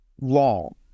long